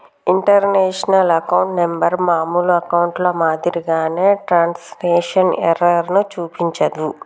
international account number మామూలు అకౌంట్లో మాదిరిగా ట్రాన్స్మిషన్ ఎర్రర్ ను చూపించదు